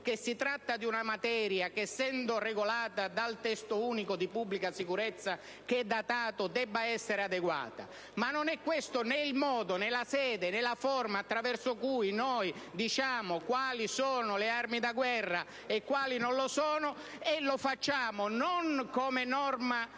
che si tratti di un una materia che, essendo regolata dal testo unico di pubblica sicurezza, che è datato, debba essere adeguata; ma non è questo il modo, né la sede, né la forma attraverso cui possiamo dire quali sono le armi da guerra e quali non lo sono. Lo facciamo inoltre non